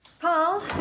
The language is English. Paul